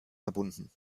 verbunden